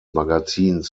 magazins